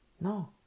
No